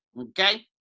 okay